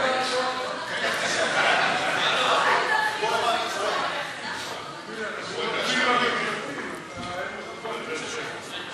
סיעת הרשימה המשותפת לסעיף 2 לא נתקבלה.